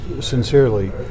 sincerely